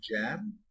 Jam